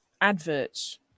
adverts